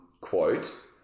quote